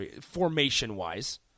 formation-wise